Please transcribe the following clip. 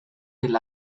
del